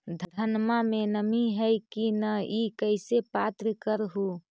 धनमा मे नमी है की न ई कैसे पात्र कर हू?